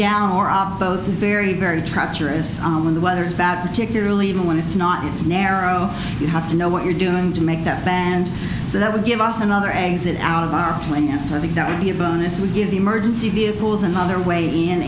down or op both very very treacherous when the weather is bad particularly when it's not it's narrow you have to know what you're doing to make that band so that would give us another exit out of our plants i think that would be a bonus we give the emergency vehicles and on their way in